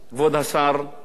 חברי חברי הכנסת,